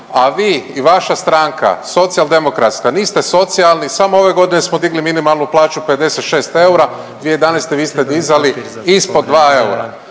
a vi i vaša stranka Socijaldemokratska, niste socijalni, samo ove godine smo digli minimalnu plaću 56 eura, 2011. vi ste dizali ispod 2 eura,